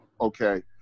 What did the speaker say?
okay